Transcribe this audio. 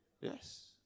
Yes